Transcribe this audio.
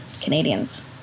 Canadians